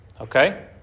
okay